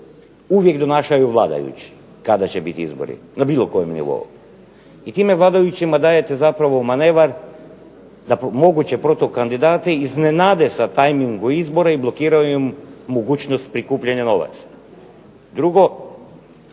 uvijek donašaju vladajući kada će biti izbori na bilo kojem nivou. I time vladajućima dajete zapravo manevar da moguće protukandidate iznenade sa tajmingom izbora i blokiraju im mogućnost prikupljanja novaca. Drugo.